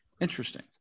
Interesting